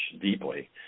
deeply